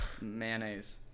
mayonnaise